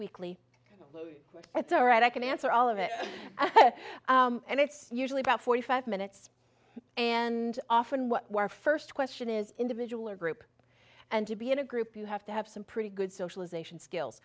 weekly it's all right i can answer all of it and it's usually about forty five minutes and often what our first question is individual or group and to be in a group you have to have some pretty good socialization skills